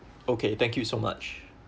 okay thank you so much